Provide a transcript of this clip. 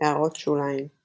== הערות שוליים ==